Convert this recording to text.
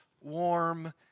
warm